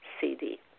CD